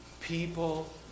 people